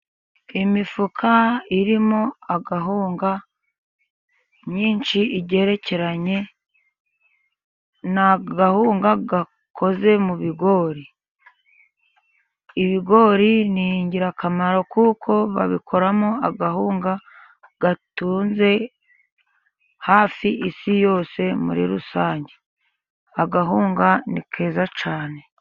Imifuka irimo agahunga myinshi igerekeranye, ni agahunga gakoze mu bigori. Ibigori ni ingirakamaro kuko babikoramo agahunga gatunze hafi isi yose muri rusange, agahunga ni keza cyane.